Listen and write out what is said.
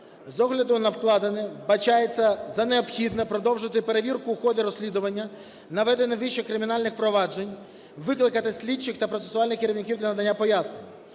З огляду на викладене, вбачається за необхідне продовжити перевірку ходу розслідування наведених вище кримінальних проваджень, викликати слідчих та процесуальних керівників для надання пояснень,